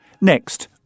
Next